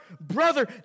brother